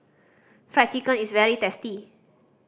Fried Chicken is very tasty